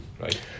right